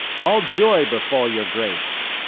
all joy befall your grace,